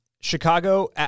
Chicago